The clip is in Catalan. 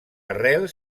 arrel